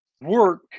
work